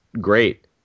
great